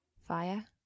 fire